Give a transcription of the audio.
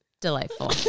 delightful